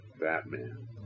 Batman